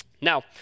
Now